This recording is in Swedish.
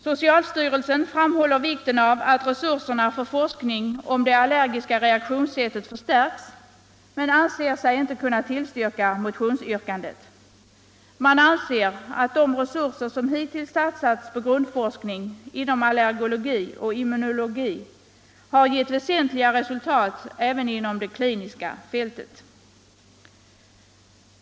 Socialstyrelsen framhåller vikten av att resurserna för forskning om det allergiska reaktionssättet förstärks men anser sig inte kunna tillstyrka motionsyrkandet. Man anser att de resurser som hittills satsats på grundforskning inom allergologi och immunologi har givit väsentliga resultat även inom det kliniska fältet.